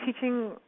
teaching